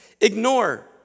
Ignore